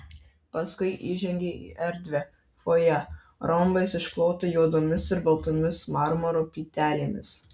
paskui įžengė į erdvią fojė rombais išklotą juodomis ir baltomis marmuro plytelėmis